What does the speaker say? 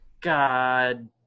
God